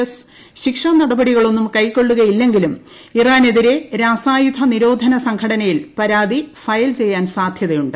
S ശിക്ഷാനടപടികളൊന്നും കൈക്കൊള്ളുകയില്ലെങ്കിലും ഇറാനെതിരെ രാസായുധ നിരോധന സംഘടനയിൽ പരാതി ഫയൽ ചെയ്യാൻ സാധ്യതയുണ്ട്